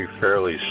fairly